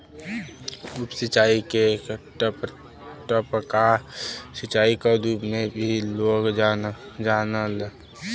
उप सिंचाई के टपका सिंचाई क रूप में भी लोग जानलन